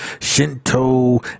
Shinto